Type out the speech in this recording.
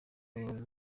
abayobozi